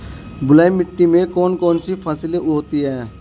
बलुई मिट्टी में कौन कौन सी फसलें होती हैं?